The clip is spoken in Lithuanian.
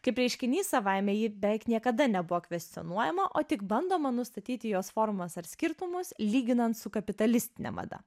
kaip reiškinys savaime ji beveik niekada nebuvo kvestionuojama o tik bandoma nustatyti jos formas ar skirtumus lyginant su kapitalistine mada